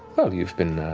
well, you've been